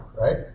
right